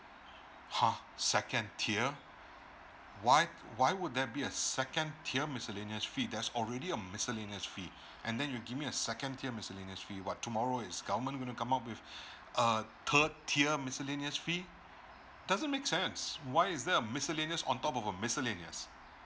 ha second tier why why would there be a second tier miscellaneous fee there's already a miscellaneous fee and then you give me a second tier miscellaneous fee what tomorrow is government will come up with a third tier miscellaneous fee doesn't make sense why is there a miscellaneous on top of a miscellaneous